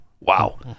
Wow